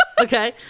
Okay